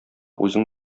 үзең